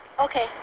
Okay